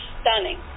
stunning